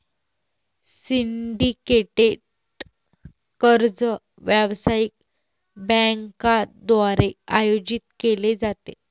syndicated कर्ज व्यावसायिक बँकांद्वारे आयोजित केले जाते